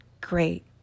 great